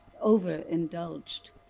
overindulged